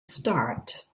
start